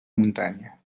muntanya